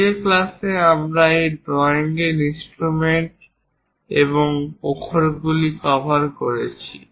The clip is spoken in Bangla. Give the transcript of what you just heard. আজকের ক্লাসে আমরা এই ড্রয়িং এর ইনস্ট্রুমেন্ট এবং অক্ষরগুলি কভার করেছি